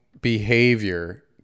behavior